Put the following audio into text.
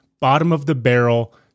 bottom-of-the-barrel